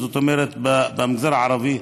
במגזר הערבי,